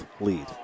lead